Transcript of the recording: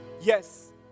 yes